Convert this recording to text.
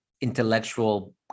intellectual